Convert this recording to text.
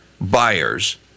buyers